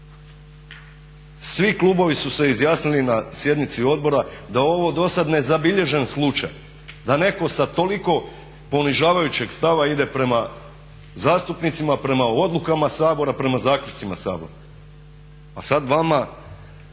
Svi klubovi su se izjasnili na sjednici odbora da ovo do sada nezabilježen slučaj da netko sa toliko ponižavajućeg stava ide prema zastupnicima, prema odlukama Sabora, prema zaključcima Sabora. A sada vama